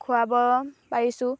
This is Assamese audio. খুৱাব পাৰিছোঁ